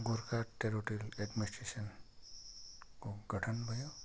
Gorkha territorial एडमिनिट्रेसनको गठन भयो